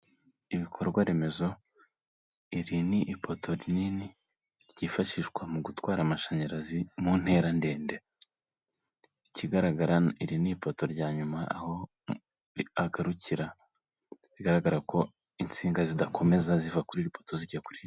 Ibikorwa remezo iri n'ippoto rinini ryifashishwa mu gutwara amashanyarazi mu ntera ndende, ikigaragara iri ni ipoto rya nyuma aho agarukira bigaragara ko insinga zidakomeza ziva kuri iri poto zijya ku rindi.